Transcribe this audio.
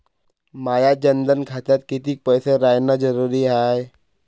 माया जनधन खात्यात कितीक पैसे रायन जरुरी हाय?